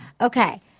Okay